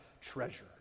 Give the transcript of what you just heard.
treasure